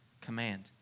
Command